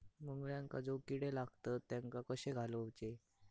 मुळ्यांका जो किडे लागतात तेनका कशे घालवचे?